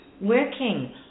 working